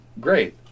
great